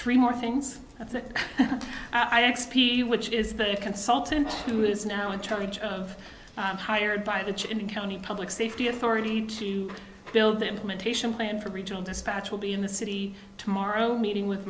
three more things i x p which is the consultant who is now in charge of hired by the chin county public safety authority to build the implementation plan for regional dispatch will be in the city tomorrow meeting with